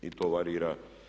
I to varira.